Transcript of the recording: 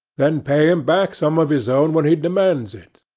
then pay him back some of his own when he demands it.